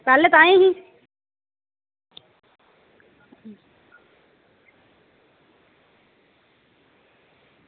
पैह्लें ताहीं ही